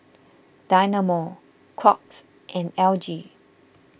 Dynamo Crocs and L G